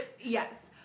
Yes